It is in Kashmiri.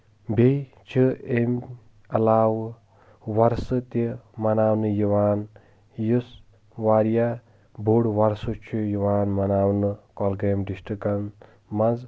بیٚیہِ چھِ أمۍ علاوٕ وۄرثہٕ تہِ مناوبنہٕ یِوان یُس واریاہ بوٚڑ وۄرثہٕ چھُ یِوان مناونہٕ گۄلگامۍ ڈسٹرکن منٛز